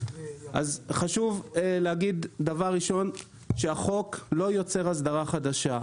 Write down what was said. אז חשוב להגיד דבר ראשון שהחוק לא יוצר הסדרה חדשה.